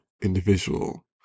individual